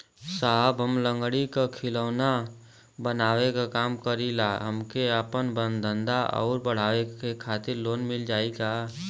साहब हम लंगड़ी क खिलौना बनावे क काम करी ला हमके आपन धंधा अउर बढ़ावे के खातिर लोन मिल जाई का?